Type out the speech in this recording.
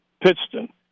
Pittston